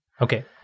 Okay